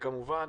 וכמובן,